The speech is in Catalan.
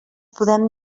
podem